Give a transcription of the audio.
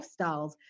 lifestyles